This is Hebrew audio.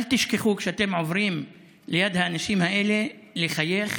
אל תשכחו כשאתם עוברים ליד האנשים האלה לחייך,